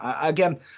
again